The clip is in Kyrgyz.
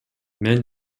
мен